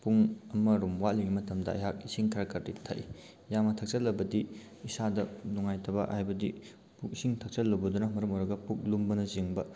ꯄꯨꯡ ꯑꯃꯔꯣꯝ ꯋꯥꯠꯂꯤꯉꯩ ꯃꯇꯝꯗ ꯑꯩꯍꯥꯛ ꯏꯁꯤꯡ ꯈꯔ ꯈꯔꯗꯤ ꯊꯛꯏ ꯌꯥꯝꯅ ꯊꯛꯆꯜꯂꯕꯗꯤ ꯏꯁꯥꯗ ꯅꯨꯡꯉꯥꯏꯇꯕ ꯍꯥꯏꯕꯗꯤ ꯏꯁꯤꯡ ꯊꯛꯆꯜꯂꯨꯕꯗꯨꯅ ꯃꯔꯝ ꯑꯣꯏꯔꯒ ꯄꯨꯛ ꯂꯨꯝꯕꯅꯆꯤꯡꯕ